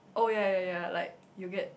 oh ya ya ya ya like you get